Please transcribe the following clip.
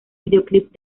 videoclip